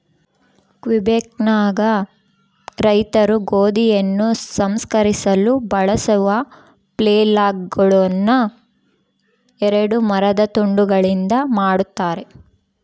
ಕ್ವಿಬೆಕ್ನಾಗ ರೈತರು ಗೋಧಿಯನ್ನು ಸಂಸ್ಕರಿಸಲು ಬಳಸುವ ಫ್ಲೇಲ್ಗಳುನ್ನ ಎರಡು ಮರದ ತುಂಡುಗಳಿಂದ ಮಾಡತಾರ